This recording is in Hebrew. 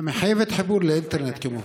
המחייבת חיבור לאינטרנט, כמובן.